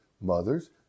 mothers